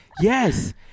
Yes